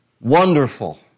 wonderful